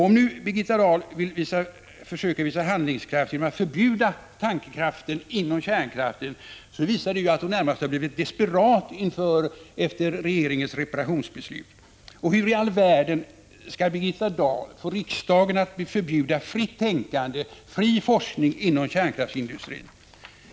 Om nu Birgitta Dahl försöker visa handlingskraft genom att förbjuda tankekraften inom kärnkraftsindustrin visar det att hon blivit närmast desperat efter regeringens reparationsbeslut. Hur i all världen kan Birgitta Dahl få riksdagen att förbjuda fritt tänkande och fri forskning inom kärnkraftsindustrin?